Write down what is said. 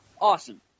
Awesome